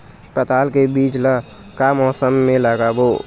पताल के बीज ला का मौसम मे लगाबो?